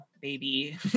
baby